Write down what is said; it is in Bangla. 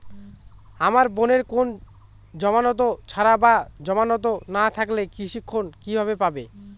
আমার বোনের কোন জামানত ছাড়া বা জামানত না থাকলে কৃষি ঋণ কিভাবে পাবে?